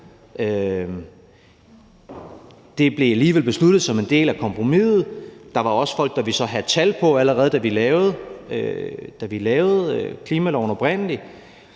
det blev alligevel besluttet som en del af kompromiset. Der var også folk, der ville have sat tal på, allerede da vi oprindelig